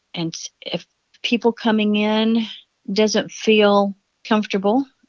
and if people coming in doesn't feel comfortable,